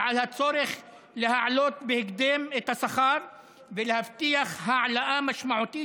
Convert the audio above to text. ועל הצורך להעלות בהקדם את השכר ולהבטיח העלאה משמעותית